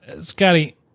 Scotty